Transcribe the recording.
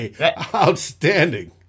Outstanding